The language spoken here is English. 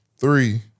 Three